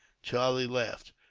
charlie laughed.